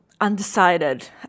undecided